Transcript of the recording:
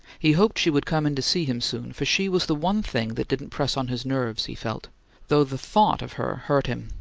he hoped she would come in to see him soon, for she was the one thing that didn't press on his nerves, he felt though the thought of her hurt him,